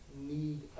need